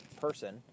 person